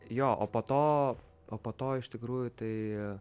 jo o po to o po to iš tikrųjų tai